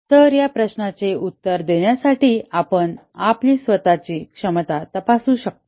तर या प्रश्नाचे उत्तर देण्यासाठी आपण आपली स्वतःची क्षमता तपासू शकता